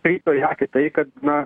krito į akį tai kad na